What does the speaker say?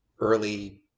early